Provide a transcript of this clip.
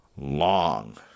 long